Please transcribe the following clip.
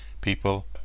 people